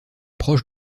proche